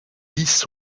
lys